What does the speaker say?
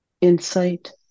insight